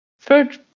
third